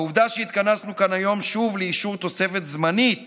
העובדה שהתכנסנו כאן היום שוב לאישור תוספת זמנית